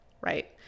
right